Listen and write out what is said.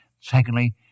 Secondly